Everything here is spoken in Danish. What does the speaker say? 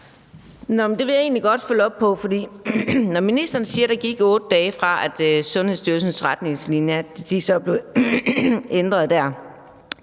egentlig godt følge op på. For når ministeren siger, at der gik 8 dage, før Sundhedsstyrelsens retningslinjer blev ændret der